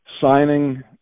signing